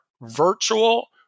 virtual